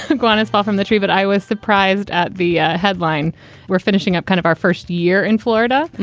ah gone as far from the tree, but i was surprised at the headline we're finishing up kind of our first year in florida, and